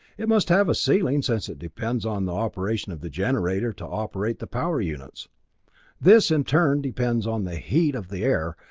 it must have a ceiling, since it depends on the operation of the generator to operate the power-units. this, in turn, depends on the heat of the air,